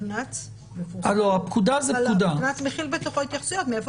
הפקנ"צ מכיל בתוכו התייחסויות מאיפה